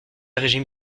régime